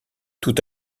tout